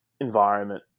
environment